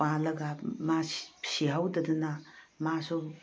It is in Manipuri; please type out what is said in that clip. ꯄꯥꯜꯂꯒ ꯃꯥ ꯁꯤꯍꯧꯗꯗꯅ ꯃꯥꯁꯨ